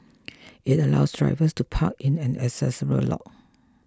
it allows drivers to park in an accessible lot